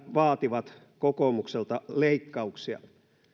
vaativat kokoomukselta leikkauksia